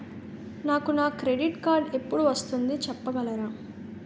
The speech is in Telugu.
నాకు నా క్రెడిట్ కార్డ్ ఎపుడు వస్తుంది చెప్పగలరా?